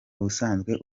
ubusanzwe